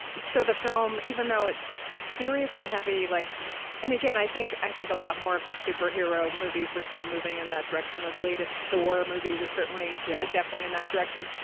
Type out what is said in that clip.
so the film, even though it's serious and heavy like and again, i think i think a lot more of the superhero movies are sort of moving in that direction. the latest thor movie was certainly, yeah definitely in that direction.